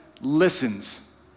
listens